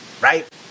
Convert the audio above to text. Right